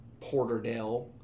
porterdale